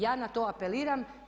Ja na to apeliram.